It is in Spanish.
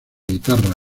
guitarra